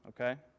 okay